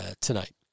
tonight